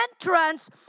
entrance